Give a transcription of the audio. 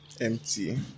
Empty